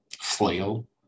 flail